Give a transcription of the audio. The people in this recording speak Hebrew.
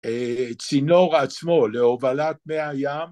צינור עצמו להובלת מי הים